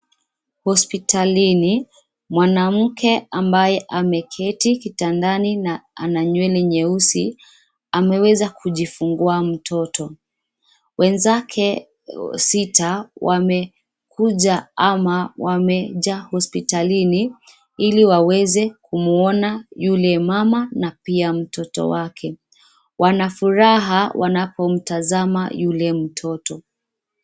Hospitalini. Mwanamke ambaye ameketi kitandani na ana nywele nyeusi, ameweza kujifungua mtoto. Wenzake, sita wamekuja ama wamejaa hospitalini, ili waweze, kumwona, yule mmama na pia mtoto wake. Wana furaha wanapomtazama yule mtoto.